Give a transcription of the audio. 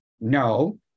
No